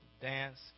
Dance